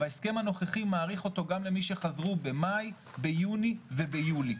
וההסכם הנוכחי מאריך אותו גם למי שחזרו במאי ביוני וביולי.